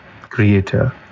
creator